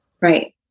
Right